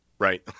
Right